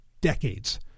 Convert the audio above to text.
decades